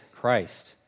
Christ